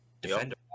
defender